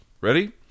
ready